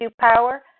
power